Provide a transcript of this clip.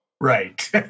Right